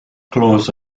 claws